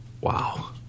Wow